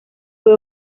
fue